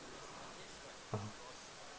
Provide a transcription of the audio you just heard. mmhmm